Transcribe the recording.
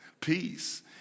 Peace